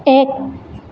এক